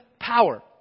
power